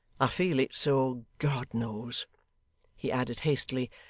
i feel it so, god knows he added, hastily.